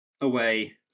away